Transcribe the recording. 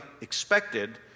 expected